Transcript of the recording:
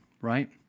right